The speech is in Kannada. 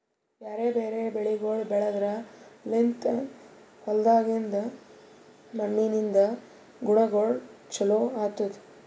ಬ್ಯಾರೆ ಬ್ಯಾರೆ ಬೆಳಿಗೊಳ್ ಬೆಳೆದ್ರ ಲಿಂತ್ ಹೊಲ್ದಾಗಿಂದ್ ಮಣ್ಣಿನಿಂದ ಗುಣಗೊಳ್ ಚೊಲೋ ಆತ್ತುದ್